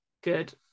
Good